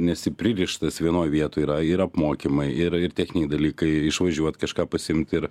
nesi pririštas vienoj vietoj yra ir apmokymai ir ir techniniai dalykai išvažiuot kažką pasiimt ir